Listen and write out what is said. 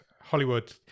Hollywood